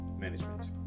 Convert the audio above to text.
management